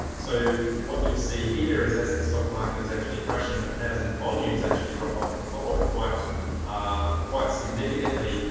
so what you'll see here is as the stock market is actually crashing the housing volumes actually drop off and follow it quite ah quite significantly.